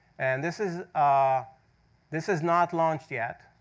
and this is ah this is not launched yet.